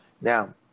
Now